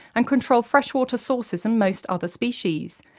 and control freshwater sources and most other species.